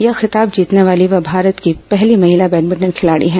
यह खिताब जीतने वाली वह भारत की पहली महिला बैडमिंटन खिलाड़ी है